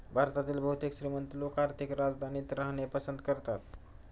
भारतातील बहुतेक श्रीमंत लोक आर्थिक राजधानीत राहणे पसंत करतात